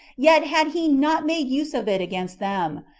yet had he not made use of it against them,